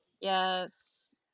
Yes